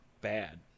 bad